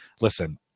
listen